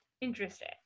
Interesting